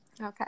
okay